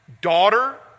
daughter